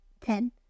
Ten